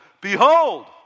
behold